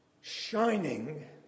shining